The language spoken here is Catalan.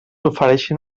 ofereixen